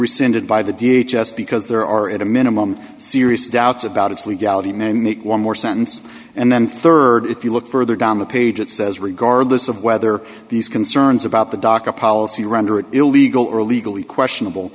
rescinded by the d h s because there are at a minimum serious doubts about its legality may make one more sentence and then rd if you look further down the page it says regardless of whether these concerns about the docket policy render it illegal or legally questionable